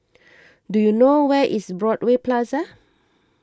do you know where is Broadway Plaza